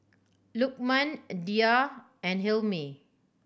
Lukman Dhia and Hilmi